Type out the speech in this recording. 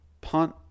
punt